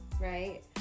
right